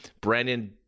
Brandon